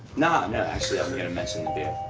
nah, no, actually, i'm gonna mention the beer.